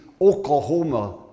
Oklahoma